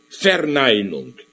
verneinung